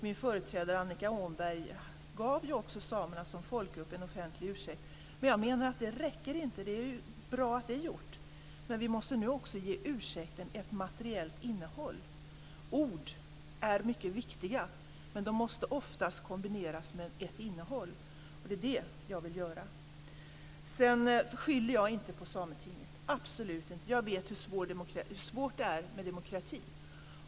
Min företrädare, Annika Åhnberg, gav ju också samerna som folkgrupp en offentlig ursäkt. Men jag menar att det inte räcker. Det är bra att det är gjort , men vi måste nu också ge ursäkten ett materiellt innehåll. Ord är mycket viktiga, men de måste oftast kombineras med ett innehåll. Och det är det jag vill göra. Jag skyller inte på Sametinget, absolut inte. Jag vet hur svårt det är med demokrati.